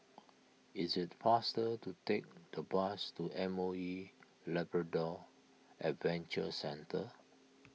is it faster to take the bus to M O E Labrador Adventure Centre